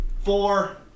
Four